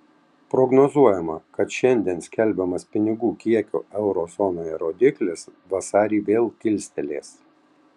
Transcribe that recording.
prognozuojama kad šiandien skelbiamas pinigų kiekio euro zonoje rodiklis vasarį vėl kilstelės